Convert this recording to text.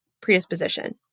predisposition